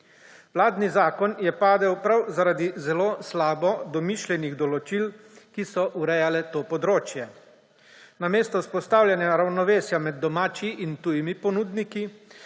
Vladni zakon je padel prav zaradi zelo slabo domišljenih določil, ki so urejala to področje. Namesto vzpostavljanja ravnovesja med domačimi in tujimi ponudniki,